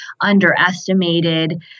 underestimated